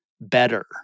Better